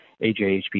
AJHP